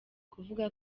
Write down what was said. kuvuga